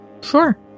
Sure